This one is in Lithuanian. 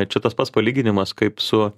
čia tas pats palyginimas kaip su